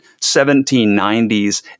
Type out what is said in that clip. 1790s